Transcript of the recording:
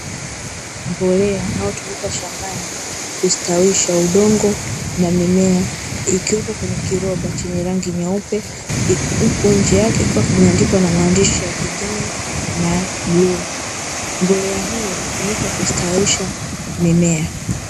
Mbolea inayotumika shambani, hustawisha udongo na mimea ikiwepo kwenye kiroba chenye rangi nyeupe huku nje yake kikiwa kimeandikwa na maandishi yakijani na bluu. Mbolea hiyo hutumika kustawisha mimea.